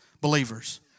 believers